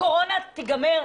הקורונה תיגמר,